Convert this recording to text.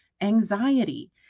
anxiety